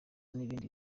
n’ibindi